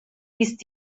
ist